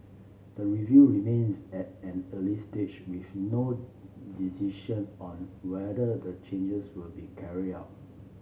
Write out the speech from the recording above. the review remains at an early stage with no decision on whether the changes will be carried out